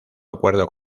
acuerdo